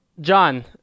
John